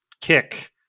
kick